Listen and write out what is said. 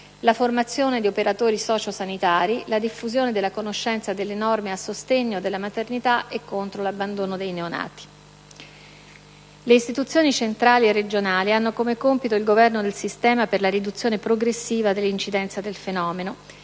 la formazione di operatori sociosanitari, la diffusione della conoscenza delle norme a sostegno della maternità e contro l'abbandono dei neonati. Le istituzioni centrali e regionali hanno come compito il governo del sistema, per la riduzione progressiva dell'incidenza del fenomeno,